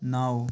نَو